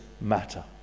matter